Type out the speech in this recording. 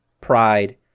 pride